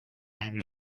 ein